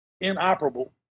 inoperable